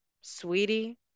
sweetie